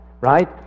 right